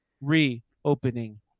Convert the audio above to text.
reopening